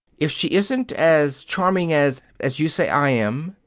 if she isn't as charming as as you say i am,